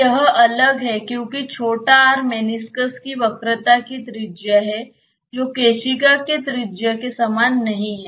तो यह अलग है क्योंकि r मेनिस्कस की वक्रता की त्रिज्या है जो केशिका के त्रिज्या के समान नहीं है